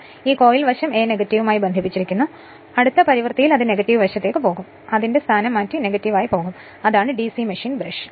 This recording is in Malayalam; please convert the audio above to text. ഇത് ഈ കോയിൽ വശം a യുമായി ബന്ധിപ്പിച്ചിരിക്കുന്നു കാരണം അടുത്ത പരിവൃത്തിയിൽ അത് നെഗറ്റീവ് വശത്തേക്ക് പോകും സ്വയമേവ അത് അതിന്റെ സ്ഥാനം മാറ്റി നെഗറ്റീവ് ആയി പോകും അതാണ് DC മെഷീൻ ബ്രഷ്